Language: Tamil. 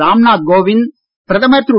ராம்நாத் கோவிந்த் பிரதமர் திரு